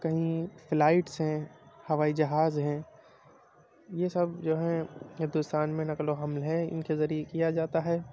کہیں فلائٹس ہیں ہوائی جہاز ہیں یہ سب جو ہیں ہندوستان میں نقل و حمل ہیں ان کے ذریعے کیا جاتا ہے